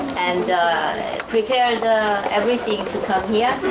and prepared everything to come here,